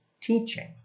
teaching